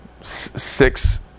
Six